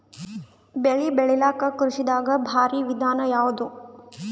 ಬೆಳೆ ಬೆಳಿಲಾಕ ಕೃಷಿ ದಾಗ ಭಾರಿ ವಿಧಾನ ಯಾವುದು?